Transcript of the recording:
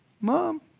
mom